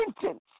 sentence